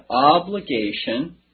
obligation